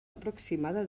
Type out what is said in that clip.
aproximada